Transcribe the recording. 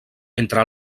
entre